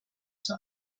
zur